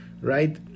right